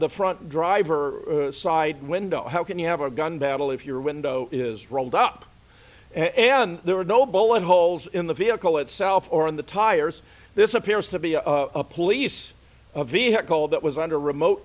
the front driver side window how can you have a gun battle if your window is rolled up and there are no bullet holes in the vehicle itself or on the tires this appears to be a police vehicle that was under remote